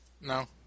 No